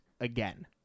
again